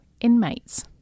inmates